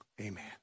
Amen